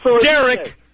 Derek